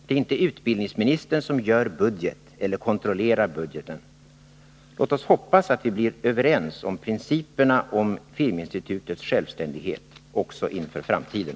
Det är inte utbildningsministern som gör upp budgeten, eller kontrollerar budgeten. Låt oss hoppas att vi blir överens om principerna om Filminstitutets självständighet också inför framtiden.